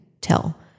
tell